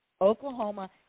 oklahoma